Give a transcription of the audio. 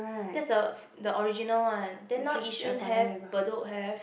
that's the the original one then now yishun have bedok have